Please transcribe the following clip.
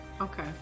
Okay